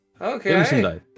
Okay